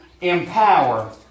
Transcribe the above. empower